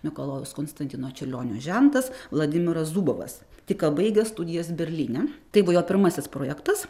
mikalojaus konstantino čiurlionio žentas vladimiras zubovas tik ką baigęs studijas berlyne tai buvo jo pirmasis projektas